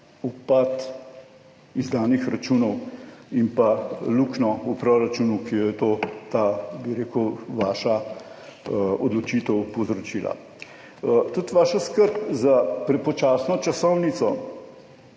upad izdanih računov in pa luknjo v proračunu, ki jo je ta vaša odločitev povzročila. Tudi vaša skrb za prepočasno časovnico